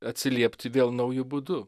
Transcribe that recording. atsiliepti vėl nauju būdu